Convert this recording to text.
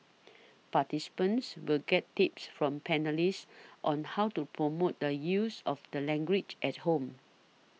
participants will get tips from panellists on how to promote the use of the language at home